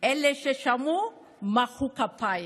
אלה ששמעו ומחאו כפיים.